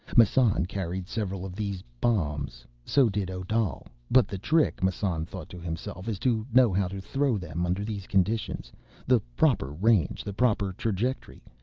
massan carried several of these bombs so did odal. but the trick, massan thought to himself, is to know how to throw them under these conditions the proper range, the proper trajectory.